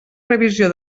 revisió